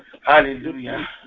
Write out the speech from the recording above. Hallelujah